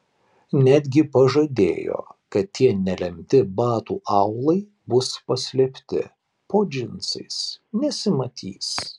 netgi pažadėjo kad tie nelemti batų aulai bus paslėpti po džinsais nesimatys